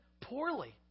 poorly